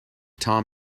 tom